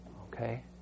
Okay